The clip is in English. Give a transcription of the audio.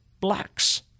blacks